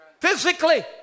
Physically